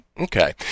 Okay